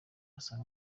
basaga